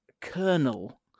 kernel